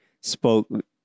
spoke